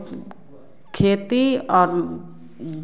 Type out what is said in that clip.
खेती और